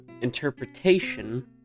interpretation